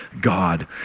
God